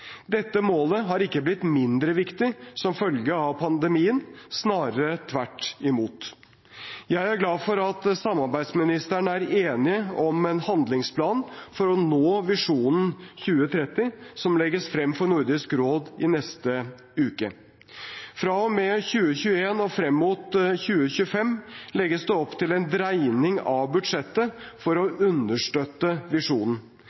Dette målet har ikke blitt mindre viktig som følge av pandemien, snarere tvert imot. Jeg er glad for at samarbeidsministrene er enige om en handlingsplan for å nå Visjon 2030, som legges frem for Nordisk råd i neste uke. Fra og med 2021 og frem mot 2025 legges det opp til en dreining av budsjettet for å understøtte visjonen.